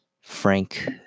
Frank